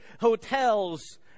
hotels